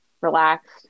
relaxed